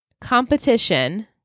competition